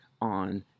on